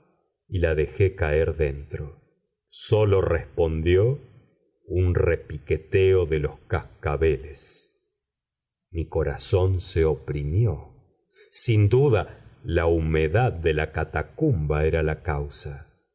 y la dejé caer dentro sólo respondió un repiqueteo de los cascabeles mi corazón se oprimió sin duda la humedad de las catacumbas era la causa